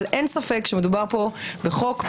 אבל אין ספק שמדובר פה בחוק פרסונלי.